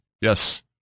Yes